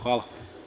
Hvala.